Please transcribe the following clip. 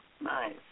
Nice